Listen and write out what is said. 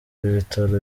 ibitaro